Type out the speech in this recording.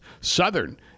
Southern